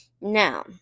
Now